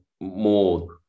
more